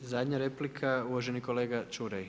I zadnja replika, uvaženi kolega Čuraj.